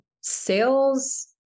sales